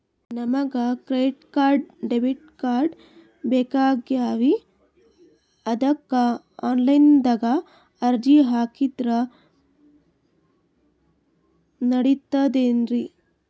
ನಮಗ credit card, debit card ಬೇಕಾಗ್ಯಾವ್ರೀ ಅದಕ್ಕ ಆನಲೈನದಾಗ ಅರ್ಜಿ ಹಾಕಿದ್ರ ನಡಿತದೇನ್ರಿ?